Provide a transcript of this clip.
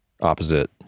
opposite